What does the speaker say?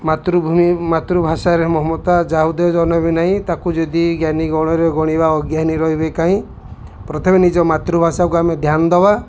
ମାତୃଭୂମି ମାତୃଭାଷାରେ ମମତା ଯାହୃଦେ ଜନମି ନାହିଁ ତାକୁ ଯଦି ଜ୍ଞାନୀ ଗଣରେ ଗଣିବା ଅଜ୍ଞାନୀ ରହିବେ କାହିଁ ପ୍ରଥମେ ନିଜ ମାତୃଭାଷାକୁ ଆମେ ଧ୍ୟାନ ଦେବା